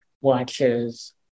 watches